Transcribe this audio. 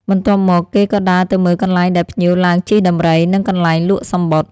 បន្ទាប់មក គេក៏ដើរទៅមើលកន្លែងដែលភ្ញៀវឡើងជិះដំរី និងកន្លែង លក់សំបុត្រ ។